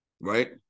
right